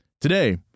Today